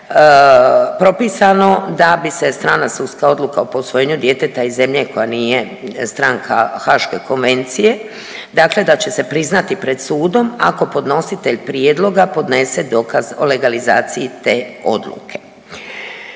propisano da bi se strana sudska odluka o posvojenju djeteta iz zemlje koja nije stranka Haške konvencije, dakle da će se priznati pred sudom ako podnositelj prijedloga podnese dokaz o legalizaciji te odluke.